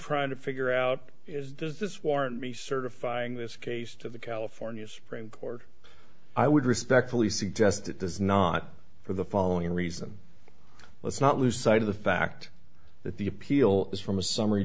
trying to figure out is does this warrant me certifying this case to the california supreme court i would respectfully suggest it does not for the following reason let's not lose sight of the fact that the appeal is from a summary